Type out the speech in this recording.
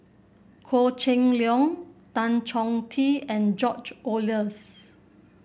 Goh Cheng Liang Tan Chong Tee and George Oehlers